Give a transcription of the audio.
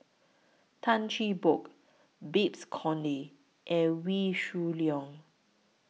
Tan Cheng Bock Babes Conde and Wee Shoo Leong